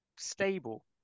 stable